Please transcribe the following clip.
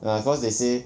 ah cause they say